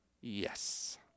Yes